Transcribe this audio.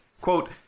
Quote